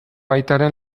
aitaren